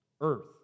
earth